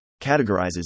categorizes